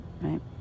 right